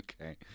Okay